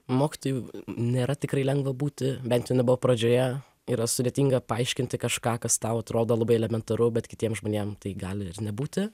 mokytoju nėra tikrai lengva būti bent buvo pradžioje yra sudėtinga paaiškinti kažką kas tau atrodo labai elementaru bet kitiem žmonėm tai gali ir nebūti